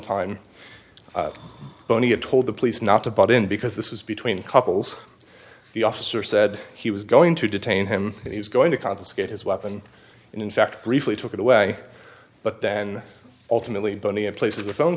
time only had told the police not to but in because this was between couples the officer said he was going to detain him and he was going to confiscate his weapon and in fact briefly took it away but then ultimately bonnie in place of a phone